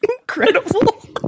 Incredible